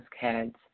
kids